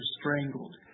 strangled